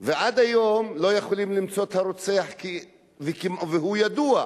ועד היום לא יכולים למצוא את הרוצח, והוא ידוע.